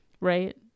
right